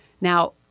Now